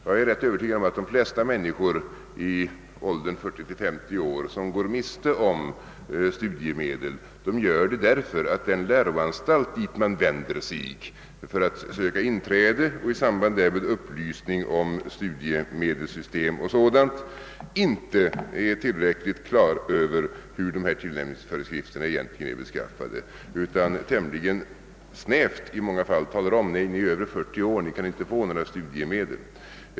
Jag är övertygad om att de flesta människor i åldern 40—50 år som går miste om studiemedel gör det därför att den läroanstalt, dit de vänder sig för att söka inträde och i samband därmed få upplysning om studiemedelssystem m.m., inte är tillräckligt klar över hur dessa tillämpningsföreskrifter egentligen är beskaffade. I många fall säger man tämligen snävt: Ni är över 40 år och kan inte få några studiemedel.